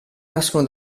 nascono